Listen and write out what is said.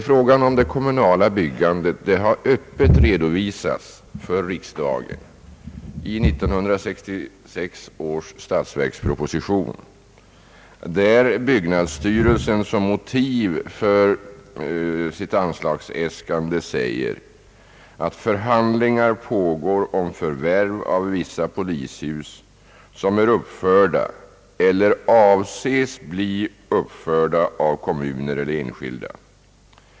Frågan om det kommunala byggandet har öppet redovisats för riksdagen i 1966 års statsverksproposition, där byggnadsstyrelsen som motiv för sitt anslagsäskande säger: »Förhandlingar pågår om förvärv av vissa polishus som är uppförda eller avses bli uppförda av kommuner eller enskilda.